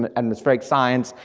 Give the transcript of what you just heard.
but atmospheric science,